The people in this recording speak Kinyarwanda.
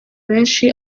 benshi